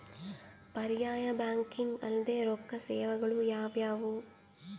ಪರ್ಯಾಯ ಬ್ಯಾಂಕಿಂಗ್ ಅಲ್ದೇ ರೊಕ್ಕ ಸೇವೆಗಳು ಯಾವ್ಯಾವು?